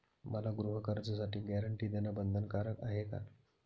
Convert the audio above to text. मला गृहकर्जासाठी गॅरंटी देणं बंधनकारक आहे का?